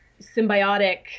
symbiotic